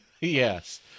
Yes